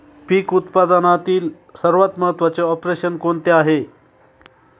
पीक उत्पादनातील सर्वात महत्त्वाचे ऑपरेशन कोणते आहे?